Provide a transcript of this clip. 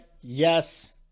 Yes